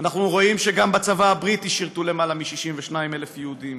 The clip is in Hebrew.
אנחנו רואים שגם בצבא הבריטי שירתו יותר מ-62,000 יהודים,